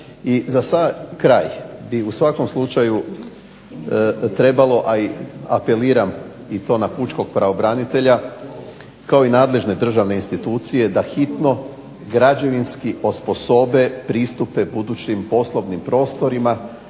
za sam kraj bi u svakom slučaju trebalo, a i apeliram i to na pučkog pravobranitelja kao i nadležne državne institucije da hitno građevinski osposobe pristupe budućim poslovnim prostorima